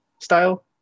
style